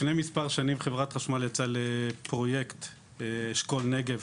לפני כמה שנים חברת חשמל יצאה לפרויקט אשכול נגב,